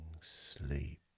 sleep